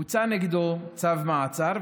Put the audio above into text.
מוצא כנגדו צו מעצר,